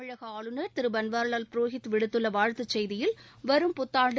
தமிழக ஆளுநர் திரு பன்வாரிவால் புரோஹித் விடுத்துள்ள வாழ்த்துச் செய்தியில் வரும் புத்தாண்டு